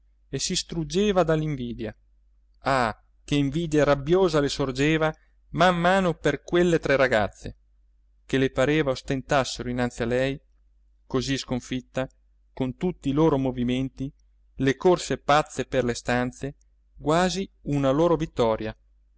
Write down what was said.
e si struggeva dall'invidia ah che invidia rabbiosa le sorgeva man mano per quelle tre ragazze che le pareva ostentassero innanzi a lei così sconfitta con tutti i loro movimenti le corse pazze per le stanze quasi una loro vittoria